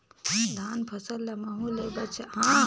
धान फसल ल महू ले बचाय बर कौन का उपाय हे?